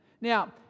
Now